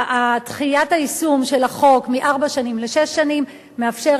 דחיית היישום של החוק מארבע שנים לשש שנים מאפשרת